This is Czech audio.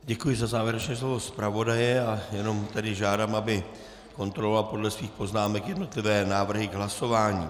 Děkuji za závěrečné slovo zpravodaje a jenom žádám, aby kontroloval podle svých poznámek jednotlivé návrhy k hlasování.